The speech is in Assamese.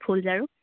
ফুল জাৰু